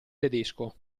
tedesco